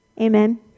Amen